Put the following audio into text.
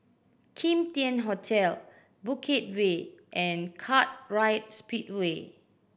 Kim Tian Hotel Bukit Way and Kartright Speedway